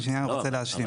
אני רוצה שנייה להשלים.